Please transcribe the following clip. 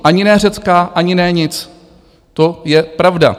Ani ne řecká, ani ne nic, to je pravda.